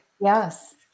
Yes